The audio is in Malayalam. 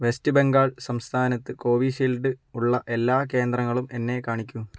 വെസ്റ്റ് ബംഗാൾ സംസ്ഥാനത്ത് കോവിഷീൽഡ് ഉള്ള എല്ലാ കേന്ദ്രങ്ങളും എന്നെ കാണിക്കൂ